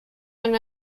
and